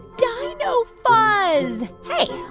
dino fuzz. hey,